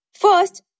First